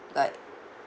like